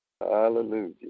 Hallelujah